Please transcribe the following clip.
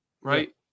right